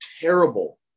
terrible